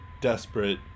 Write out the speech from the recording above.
desperate